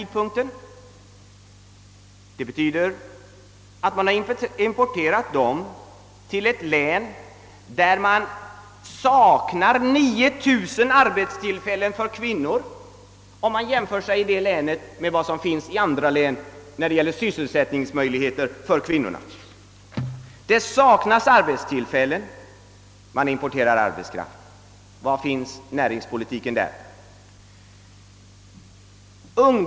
De hade importerats till ett län där de saknade 9 000 arbetstillfällen för kvinnor. Man jämför då med vad som finns i andra län när det gäller sysselsättningsmöjligheter för kvinnorna. Här saknas alltså arbetstillfällen men man importerar arbetskraft. Var finns näringspolitiken därvidlag?